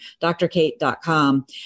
drkate.com